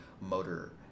motor